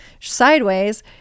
sideways